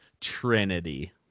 trinity